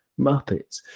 Muppets